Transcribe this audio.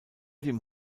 dem